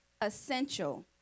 essential